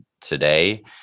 today